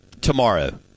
tomorrow